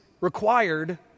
required